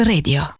Radio